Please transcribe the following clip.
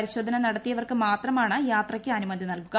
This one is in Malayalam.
പരിശോധന നടത്തിയവർക്ക് മാത്രമാണ് യാത്രയ്ക്ക് അനുമതി നൽകുക